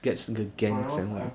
is it that cancel don't play